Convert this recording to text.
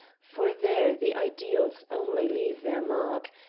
for there the ideals only leave their mark,